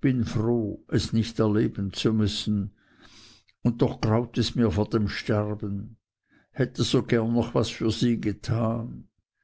bin froh es nicht erleben zu müssen und doch graut mir vor dem sterben hätte so gerne noch was für sie getan